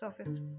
office